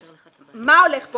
אם כן, מה הולך כאן?